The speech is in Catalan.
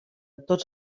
tots